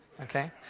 Okay